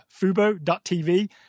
Fubo.tv